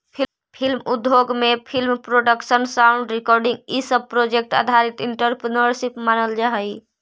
film उद्योग में film production sound recording इ सब प्रोजेक्ट आधारित एंटरप्रेन्योरशिप मानल जा हई